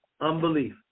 unbelief